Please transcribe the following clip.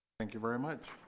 thank you very much